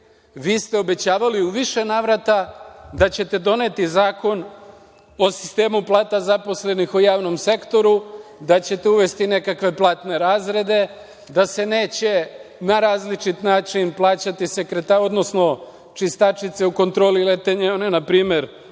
Vi ste obećavali, u više navrata, da ćete doneti Zakon o sistemu plata zaposlenih u javnom sektoru, da ćete uvesti nekakve platne razrede, da se neće na različit način plaćati čistačice u Kontroli letenja i one npr.